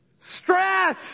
Stress